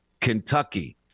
Kentucky